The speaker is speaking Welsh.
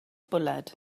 bwled